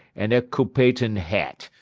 and a copatain hat!